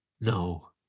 No